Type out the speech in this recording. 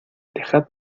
dejad